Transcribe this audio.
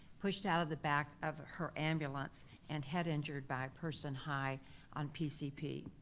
pushed out of the back of her ambulance, and head injured by a person high on pcp.